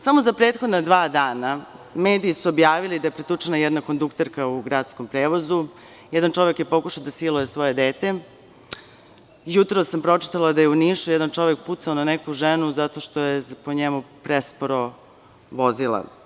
Samo za prethodna dva dana mediji su objavili da je pretučena jedna kondukterka u gradskom prevozu, jedan čovek je pokušao da siluje svoje dete, a jutros sam pročitala da je u Nišu jedan čovek pucao na neku ženu zato što je po njemu presporo vozila.